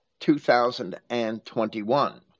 2021